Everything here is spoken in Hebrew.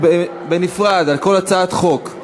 על כל הצעת חוק בנפרד.